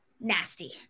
Nasty